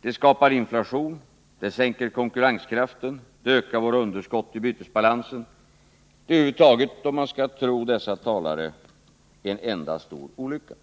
Det skapar inflation, det sänker konkurrenskraften och det ökar våra underskott i bytesbalansen. Om man skall tro dessa talare är avtalet en enda stor olycka.